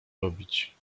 robić